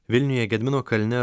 vilniuje gedimino kalne